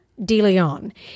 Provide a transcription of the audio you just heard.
DeLeon